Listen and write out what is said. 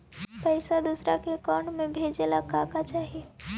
पैसा दूसरा के अकाउंट में भेजे ला का का चाही?